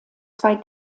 zwei